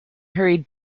hurried